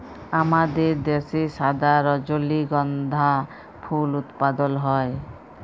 আমাদের দ্যাশে সাদা রজলিগন্ধা ফুল উৎপাদল হ্যয়